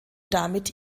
damit